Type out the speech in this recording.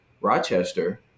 Rochester